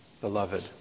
Beloved